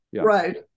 Right